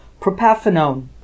propafenone